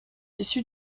issu